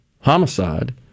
homicide